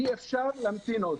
אי אפשר להמתין עוד.